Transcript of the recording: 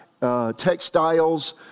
Textiles